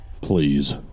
please